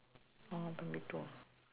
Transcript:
oh primary two ah